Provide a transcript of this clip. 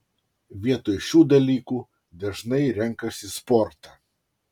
vietoj šių dalykų dažnai renkasi sportą